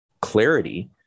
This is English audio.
clarity